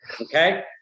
Okay